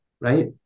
right